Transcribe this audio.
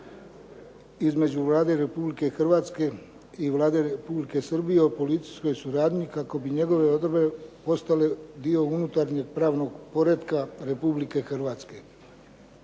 između Vlade Republike Hrvatske i Vlade Republike Srbije o policijskoj suradnji kako bi njegove odredbe postale dio unutarnjeg pravnog poretka Republike Hrvatske.